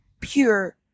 pure